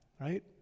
Right